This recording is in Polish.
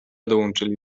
dołączyli